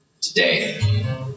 today